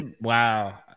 wow